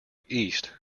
east